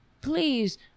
please